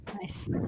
Nice